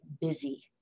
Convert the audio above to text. busy